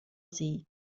see